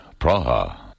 Praha